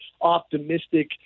optimistic